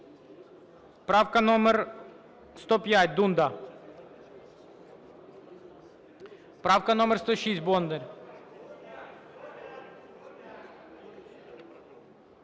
Правка номер 105, Дунда. Правка номер 106, Бондар.